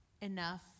enough